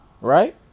Right